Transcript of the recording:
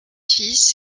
fils